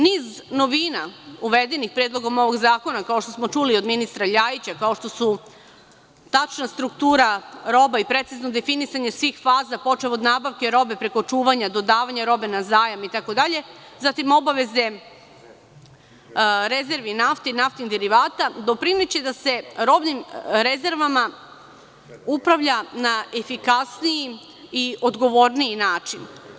Niz novina uvedenih Predlogom ovog zakona, kao što smo čuli od ministra Ljajića, kao što su tačna struktura roba, precizno definisanje svih faza, počev od nabavke robe, preko čuvanja, do davanja robe na zajam, itd, zatim obaveze rezervi nafte i naftnih derivata doprineće da se robnim rezervama upravlja na efikasniji i odgovorniji način.